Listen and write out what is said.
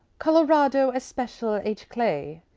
colorado especial h. clay,